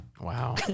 Wow